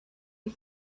you